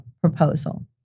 proposal